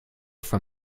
from